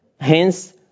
Hence